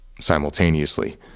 simultaneously